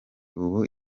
ubu